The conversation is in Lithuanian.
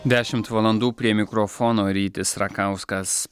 dešimt valandų prie mikrofono rytis rakauskas